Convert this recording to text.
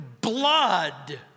blood